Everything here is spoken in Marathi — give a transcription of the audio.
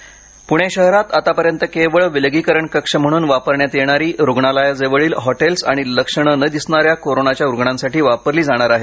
हॉटेल कक्ष पुणे शहरात आत्तापर्यंत केवळ विलगीकरण कक्ष म्हणून वापरण्यात येणारी रुग्णालयाजवळील हॉटेल्स आता लक्षणं न दिसणाऱ्या कोरोनाच्या रुग्णांसाठी वापरली जाणार आहेत